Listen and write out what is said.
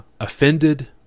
offended